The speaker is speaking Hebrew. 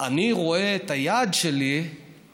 אני רואה את היעד שלי,